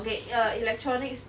okay err electronics